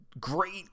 great